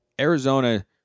Arizona